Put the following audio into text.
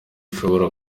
ushobora